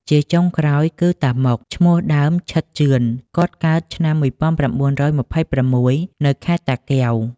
ជាចុងក្រោយគឺ តាម៉ុក (ឈ្មោះដើម ឈិត ជឿន) គាត់កើតឆ្នាំ១៩២៦ នៅខេត្តតាកែវ ។